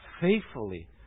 faithfully